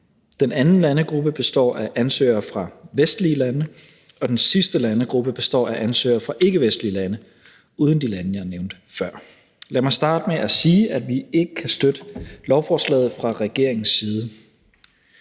Den anden landegruppe består af ansøgere fra vestlige lande, og den sidste landegruppe består af ansøgere fra ikkevestlige lande uden de lande, jeg nævnte før. Lad mig starte med at sige, at vi ikke fra regeringens side